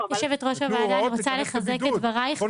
נתנו הוראות להיכנס לבידוד.